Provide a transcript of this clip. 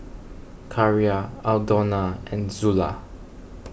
Carra Aldona and Zula